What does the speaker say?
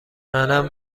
منم